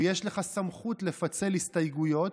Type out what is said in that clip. יש לך סמכות לפצל הסתייגויות,